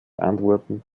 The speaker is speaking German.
antworten